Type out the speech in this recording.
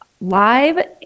live